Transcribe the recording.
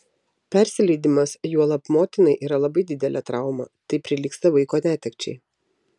persileidimas juolab motinai yra labai didelė trauma tai prilygsta vaiko netekčiai